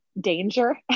danger